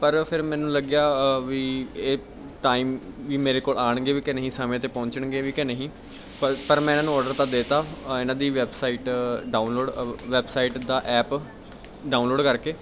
ਪਰ ਫਿਰ ਮੈਨੂੰ ਲੱਗਿਆ ਅ ਵੀ ਇਹ ਟਾਈਮ ਵੀ ਮੇਰੇ ਕੋਲ ਆਉਣਗੇ ਵੀ ਕਿ ਨਹੀਂ ਸਮੇਂ 'ਤੇ ਪਹੁੰਚਣਗੇ ਵੀ ਕਿ ਨਹੀਂ ਪਰ ਪਰ ਮੈਂ ਇਹਨਾਂ ਨੂੰ ਔਡਰ ਤਾਂ ਦੇ ਤਾ ਅ ਇਹਨਾਂ ਦੀ ਵੈਬਸਾਈਟ ਡਾਊਨਲੋਡ ਵੈਬਸਾਈਟ ਦਾ ਐਪ ਡਾਊਨਲੋਡ ਕਰ ਕੇ